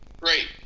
Great